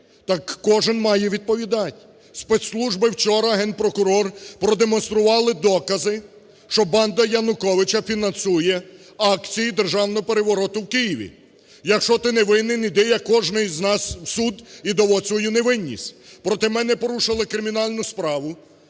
так кожен має відповідати. Спецслужби вчора, Генпрокурор продемонстрували докази, що банда Януковича фінансує акції державного перевороту в Києві. Якщо ти не винен, іди, як кожен з нас, в суд і доводь свою невинність. Проти мене порушили кримінальну справу